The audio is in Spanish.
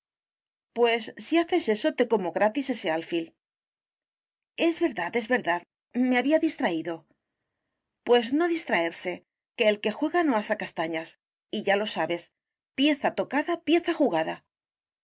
pues si haces eso te como gratis ese alfil es verdad es verdad me había distraído pues no distraerse que el que juega no asa castañas y ya lo sabes pieza tocada pieza jugada